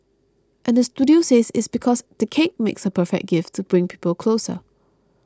and the studio says it's because the cake makes a perfect gift to bring people closer